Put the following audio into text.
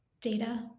data